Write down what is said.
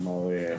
כלומר,